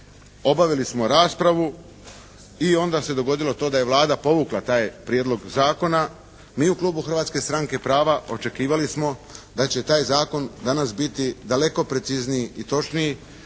obavili smo raspravu i onda se dogodilo to da je Vlada povukla taj prijedlog zakona. Mi u Klubu Hrvatske stranke prava očekivali smo da će taj zakon biti daleko precizniji i točniji.